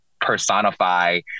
personify